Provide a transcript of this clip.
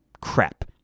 crap